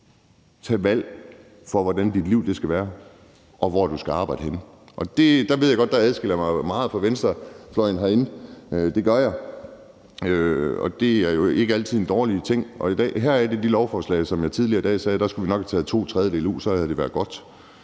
et valg for, hvordan dit liv skal være, og hvor du skal arbejde henne. Der ved jeg godt, at jeg adskiller mig meget fra venstrefløjen herinde. Det gør jeg, og det er jo ikke altid en dårlig ting. Her er et af de lovforslag, som jeg tidligere i dag sagde vi nok skulle have taget to tredjedele ud af, og så havde det været godt.